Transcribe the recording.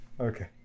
Okay